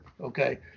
okay